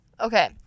okay